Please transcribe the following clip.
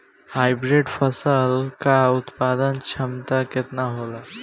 Hybrid फसल क उत्पादन क्षमता केतना होला?